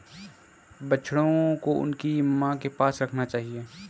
बछड़ों को उनकी मां के पास रखना चाहिए